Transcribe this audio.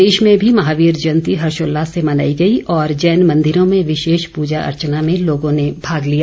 प्रदेश में भी महावीर जयंती हर्षोल्लास से मनाई गई और जैन मंदिरों में विशेष पूजा अर्चना में लोगों ने भाग लिया